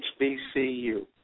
HBCU